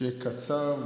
שיהיה קצר,